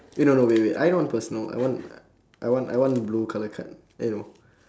eh no no wait wait I don't want personal I want I want I want blue colour card eh no